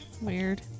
Weird